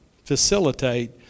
facilitate